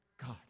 God